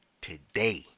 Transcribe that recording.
Today